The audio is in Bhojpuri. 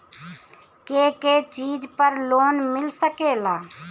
के के चीज पर लोन मिल सकेला?